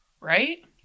right